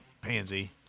pansy